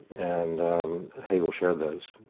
and hegel shared those.